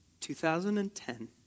2010